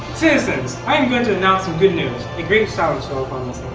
citizens i'm going to announce some good news a great silence fell upon